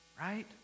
Right